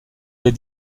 des